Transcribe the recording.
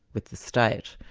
with the state,